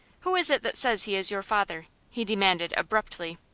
who is it that says he is your father? he demanded, abruptly.